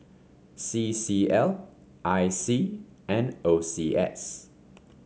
C C L I C and O C S